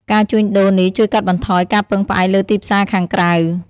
ការជួញដូរនេះជួយកាត់បន្ថយការពឹងផ្អែកលើទីផ្សារខាងក្រៅ។